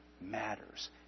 matters